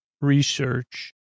Research